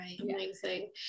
Amazing